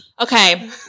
Okay